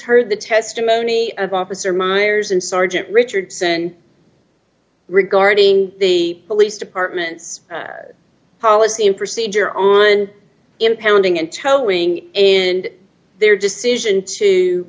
heard the testimony of officer myers and sergeant richardson regarding the police department's policy and procedure on impounding and towing and their decision to